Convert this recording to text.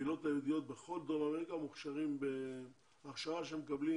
בקהילות היהודיות בכל דרום אמריקה מוכשרים בהכשרה שמקבלים